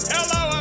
Hello